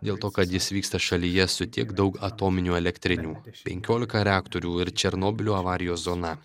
dėl to kad jis vyksta šalyje su tiek daug atominių elektrinių penkiolika reaktorių ir černobylio avarijos zona